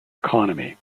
economy